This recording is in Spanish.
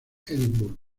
edimburgo